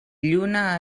lluna